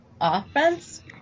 offense